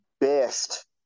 best